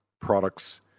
products